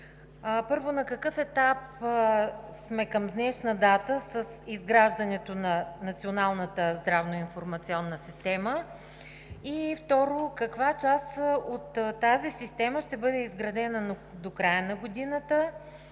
Първо, на какъв етап сме към днешна дата с изграждането на Националната здравна информационна система? Второ, каква част от тази система ще бъде изградена до края на годината?